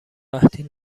قحطی